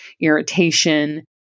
irritation